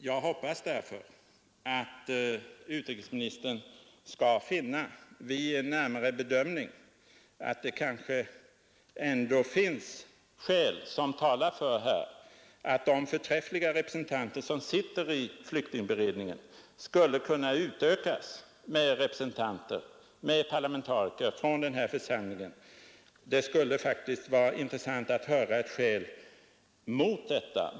Jag hoppas därför att utrikesministern vid närmare bedömning skall säga sig att det ändå finns starka skäl som talar för att de förträffliga representanter som sitter i flyktingberedningen skulle kunna utökas med parlamentariker från den här församlingen. Det skulle vara intressant att höra något sakargument som talar mot detta, herr utrikesminister.